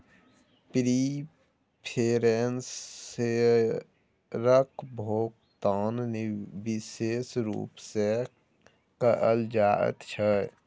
preference शेयरक भोकतान बिशेष रुप सँ कयल जाइत छै